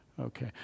Okay